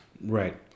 Right